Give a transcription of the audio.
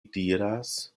diras